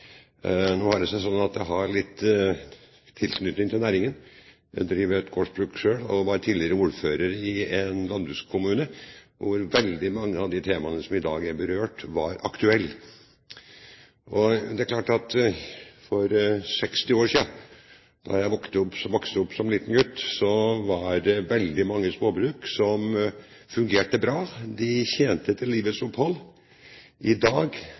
Nå har det seg sånn at jeg har tilknytning til næringen. Jeg driver et gårdsbruk selv og var tidligere ordfører i en landbrukskommune, hvor veldige mange av de temaene som i dag er berørt, var aktuelle. Det er klart at for 60 år siden, da jeg som liten gutt vokste opp, var det veldig mange småbruk som fungerte bra. Man tjente til livets opphold. I dag